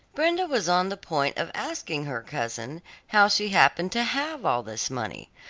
brenda was on the point of asking her cousin how she happened to have all this money,